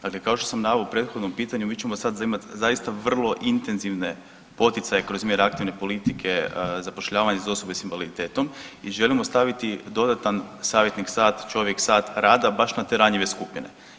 Dakle, kao što sam naveo u prethodnom pitanju mi ćemo sad imati zaista vrlo intenzivne poticaje kroz mjere aktivne politike zapošljavanja za osobe s invaliditetom i želimo staviti dodatan savjetnik sat čovjek sat rada baš na te ranjive skupine.